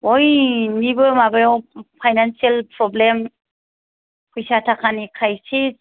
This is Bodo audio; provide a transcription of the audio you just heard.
बयनिबो माबायाव फाइनानसियेल प्रब्लेम फैसा थाखानि क्राइसिस